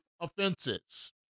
offenses